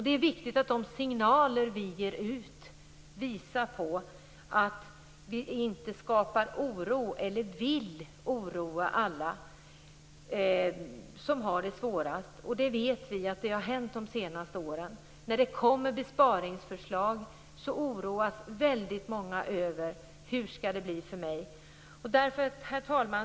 Det är viktigt att de signaler vi sänder ut visar att vi inte vill skapa en oro för alla dem som har det svårast. Vi vet att de har oroats under de senaste åren. När besparingsförslag kommer oroas väldigt många och undrar: Hur skall det bli för mig? Herr talman!